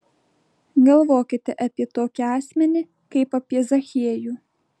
galvokite apie tokį asmenį kaip apie zachiejų